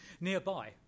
Nearby